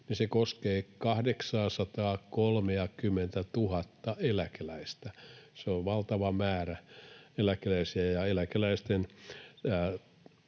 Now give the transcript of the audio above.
koskee 830 000:ta eläkeläistä. Se on valtava määrä eläkeläisiä, ja eläkeläisten